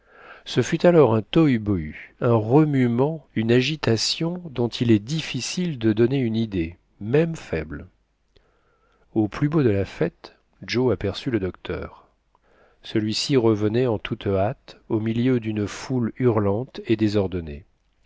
ce fut alors un tohubohu un remuement une agitation dont il est difficile de donner une idée même faible au plus beau de la fête joe aperçut le docteur celui-ci revenait en toute hâte au milieu d'une foule hurlante et désordonnée